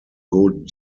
good